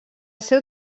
seu